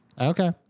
Okay